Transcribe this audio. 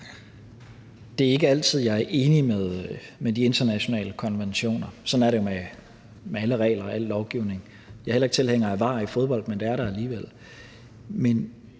Det er ikke altid, jeg er enig med de internationale konventioner. Sådan er det jo med alle regler og al lovgivning. Jeg er heller ikke tilhænger af VAR i fodbold, men det er der alligevel.